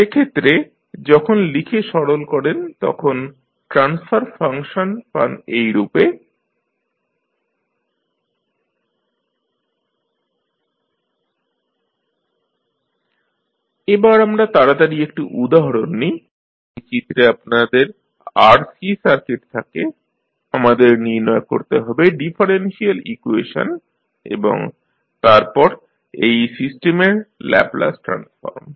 সেক্ষেত্রে যখন লিখে সরল করেন তখন ট্রান্সফার ফাংশন পান এইরূপে EcEs 21RLs 11LCs 211RCsLCs2 IEs 11RLs 11LCs 2Cs1RCsLCs2 এবার আমরা তাড়াতাড়ি একটি উদাহরণ নিই যদি চিত্রে আপনাদের RC সার্কিট থাকে আমাদের নির্ণয় করতে হবে ডিফারেনশিয়াল ইকুয়েশন এবং তারপর এই সিস্টেমের ল্যাপলাস ট্রান্সফর্ম